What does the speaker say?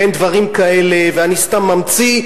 אין דברים כאלה ואני סתם ממציא,